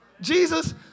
Jesus